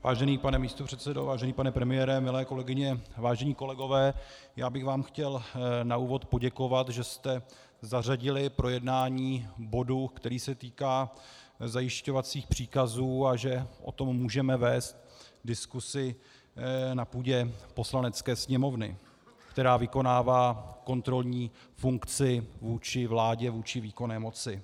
Vážený pane místopředsedo, vážený pane premiére, milé kolegyně, vážení kolegové, já bych vám chtěl na úvod poděkovat, že jste zařadili projednání bodu, který se týká zajišťovacích příkazů, a že o tom můžeme vést diskusi na půdě Poslanecké sněmovny, která vykonává kontrolní funkci vůči vládě, vůči výkonné moci.